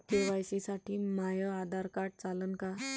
KYC साठी माह्य Aadhaar card चालन का?